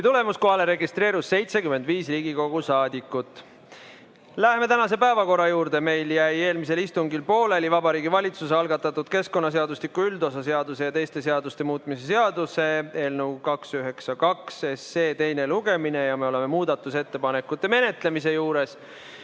tulemus! Kohalolijaks registreerus 75 Riigikogu saadikut. Läheme tänase päevakorra juurde. Meil jäi eelmisel istungil pooleli Vabariigi Valitsuse algatatud keskkonnaseadustiku üldosa seaduse ja teiste seaduste muutmise seaduse eelnõu 292 teine lugemine. Me oleme muudatusettepanekute menetlemise juures.